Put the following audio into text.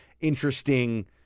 interesting